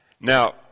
Now